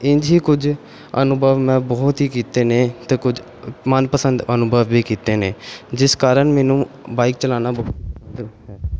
ਇੰਝ ਹੀ ਕੁਝ ਅਨੁਭਵ ਮੈਂ ਬਹੁਤ ਹੀ ਕੀਤੇ ਨੇ ਅਤੇ ਕੁਝ ਮਨਪਸੰਦ ਅਨੁਭਵ ਵੀ ਕੀਤੇ ਨੇ ਜਿਸ ਕਾਰਨ ਮੈਨੂੰ ਬਾਈਕ ਚਲਾਉਣਾ